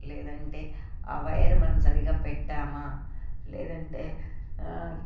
లేదంటే ఆ వైరు మనం సరిగా పెట్టామా లేదంటే